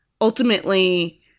ultimately